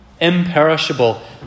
Imperishable